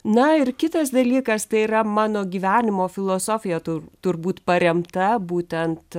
na ir kitas dalykas tai yra mano gyvenimo filosofija tu turbūt paremta būtent